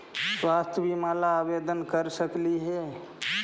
स्वास्थ्य बीमा ला आवेदन कर सकली हे?